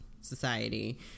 society